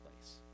place